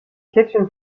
kitchen